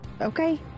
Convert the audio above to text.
Okay